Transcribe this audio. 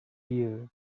years